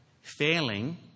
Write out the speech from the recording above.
failing